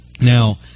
Now